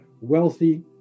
wealthy